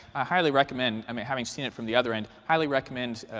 highly recommend i mean having seen it from the other end, highly recommend,